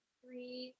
three